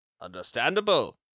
Understandable